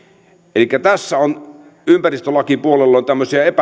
elikkä ympäristölakipuolella on tämmöisiä